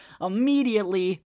immediately